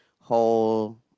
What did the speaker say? whole